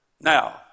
Now